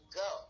go